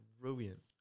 brilliant